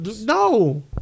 No